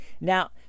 now